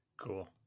Cool